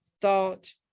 thought